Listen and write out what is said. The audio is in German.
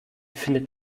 findet